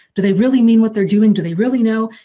do they really mean what they're doing, do they really. no,